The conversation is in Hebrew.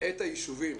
את היישובים.